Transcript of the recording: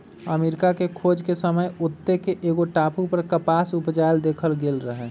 अमरिका के खोज के समय ओत्ते के एगो टापू पर कपास उपजायल देखल गेल रहै